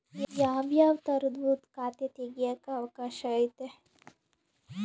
ಯಾವ್ಯಾವ ತರದುವು ಖಾತೆ ತೆಗೆಕ ಅವಕಾಶ ಐತೆ?